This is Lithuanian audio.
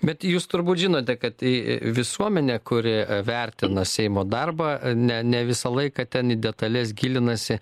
bet jūs turbūt žinote kad i visuomenė kuri vertina seimo darbą ne ne visą laiką ten į detales gilinasi